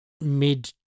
Mid